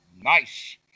nice